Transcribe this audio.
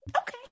okay